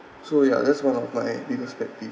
so ya that's one of my biggest pet peeve